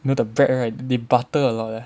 you know the bread right they butter a lot leh